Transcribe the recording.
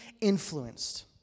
influenced